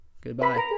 Goodbye